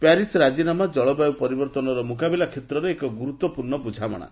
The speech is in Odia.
ପ୍ୟାରିସ୍ ରାଜିନାମା ଜଳବାୟୁ ପରିବର୍ତ୍ତନର ମୁକାବିଲା କ୍ଷେତ୍ରରେ ଏକ ଗୁରୁତ୍ୱପୂର୍ଣ୍ଣ ବୁଝାମଣା